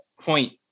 point